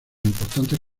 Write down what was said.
importantes